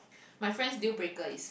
my friends deal breaker is